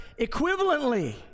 equivalently